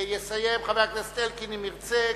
יסיים חבר הכנסת אלקין, אם ירצה.